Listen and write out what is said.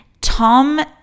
Tom